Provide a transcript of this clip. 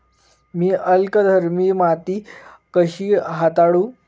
मी अल्कधर्मी माती कशी हाताळू?